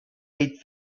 eight